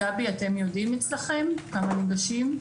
גבי, אתם יודעים אצלכם כמה ניגשים?